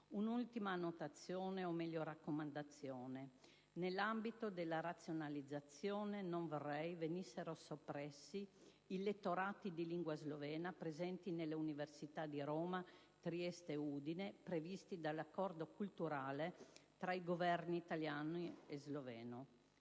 Un'ultima notazione, o meglio raccomandazione: nell'ambito della razionalizzazione non vorrei venissero soppressi i lettorati di lingua slovena presenti nelle università di Roma, Trieste e Udine, previsti dall'accordo culturale tra i Governi italiano e sloveno.